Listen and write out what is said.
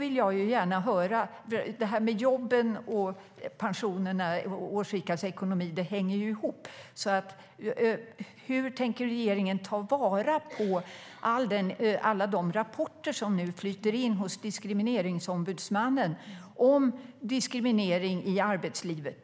Detta med jobben, pensionerna och de årsrikas ekonomi hänger ju ihop. Jag skulle gärna vilja höra hur regeringen har tänkt ta vara på alla de rapporter som nu flyter in hos Diskrimineringsombudsmannen om diskriminering i arbetslivet.